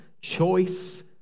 choice